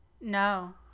No